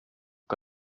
que